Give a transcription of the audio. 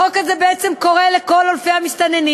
החוק הזה בעצם קורא לכל אלפי המסתננים